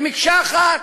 מקשה אחת.